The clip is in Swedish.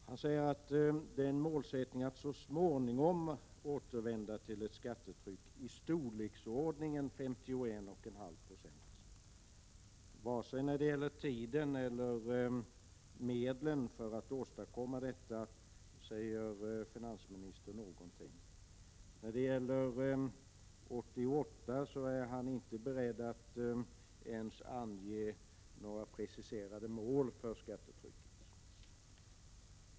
Han säger att det är en målsättning att så småningom återvända till ett skattetryck i storleksordningen 51,5 976. Varken i fråga om tiden eller i fråga om medlen för att åstadkomma detta säger finansministern någonting. För 1988 är han inte beredd att ens ange några preciserade mål för skattetrycket.